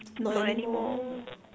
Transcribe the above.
not anymore